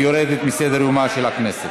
והיא יורדת מסדר-יומה של הכנסת.